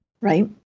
Right